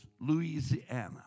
Louisiana